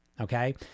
okay